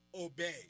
Obey